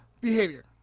behavior